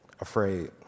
Afraid